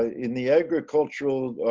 ah in the agricultural